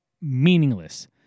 meaningless